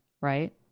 right